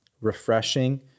refreshing